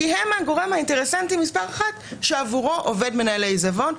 כי הם הגורם האינטרסנטי מספר אחת שעבורו עובד מנהל העיזבון.